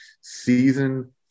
season